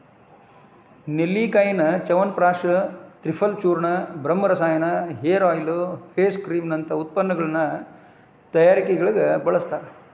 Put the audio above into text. ನೆಲ್ಲಿಕಾಯಿಯನ್ನ ಚ್ಯವನಪ್ರಾಶ ತ್ರಿಫಲಚೂರ್ಣ, ಬ್ರಹ್ಮರಸಾಯನ, hair oil, face cream ನಂತ ಉತ್ಪನ್ನಗಳ ತಯಾರಿಕೆಗೆ ಬಳಸ್ತಾರ